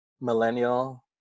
millennial